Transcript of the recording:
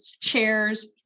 chairs